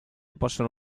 possono